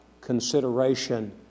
consideration